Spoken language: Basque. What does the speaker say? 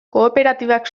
kooperatibak